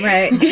Right